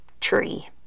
tree